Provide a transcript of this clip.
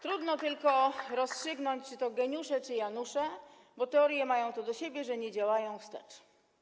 Trudno tylko rozstrzygnąć, czy to geniusze, czy janusze, bo teorie mają to do siebie, że nie działają wstecz.